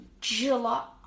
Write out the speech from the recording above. July